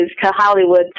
Hollywood